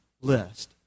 list